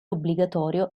obbligatorio